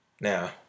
Now